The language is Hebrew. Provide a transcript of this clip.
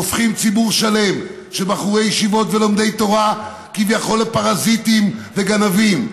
הופכים ציבור שלם של בחורי ישיבות ולומדי תורה לפרזיטים וגנבים כביכול.